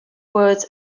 words